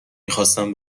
میخواستم